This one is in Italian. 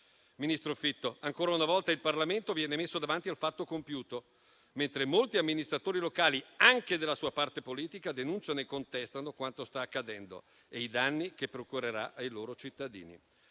ministro Fitto, ancora una volta il Parlamento viene messo davanti al fatto compiuto, mentre molti amministratori locali, anche della sua parte politica, denunciano e contestano quanto sta accadendo e i danni che procurerà ai loro cittadini.